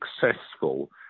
successful